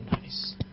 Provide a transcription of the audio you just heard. nice